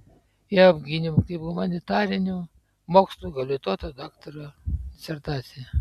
ją apgyniau kaip humanitarinių mokslų habilituoto daktaro disertaciją